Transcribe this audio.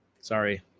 Sorry